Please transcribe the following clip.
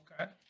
Okay